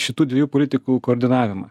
šitų dviejų politikų koordinavimą